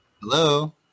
Hello